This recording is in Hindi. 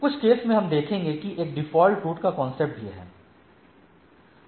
कुछ केस में हम देखेंगे कि एक डिफॉल्ट रूट का कंसेप्ट भी है